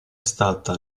stata